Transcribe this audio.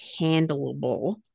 handleable